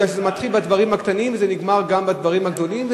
כי זה מתחיל בדברים הקטנים וזה נגמר גם בדברים הגדולים,